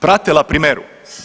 Pratila Primeru.